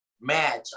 match